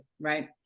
Right